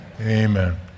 Amen